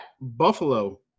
Buffalo